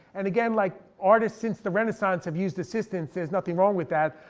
and again, like artists since the renaissance have used assistants, there's nothing wrong with that.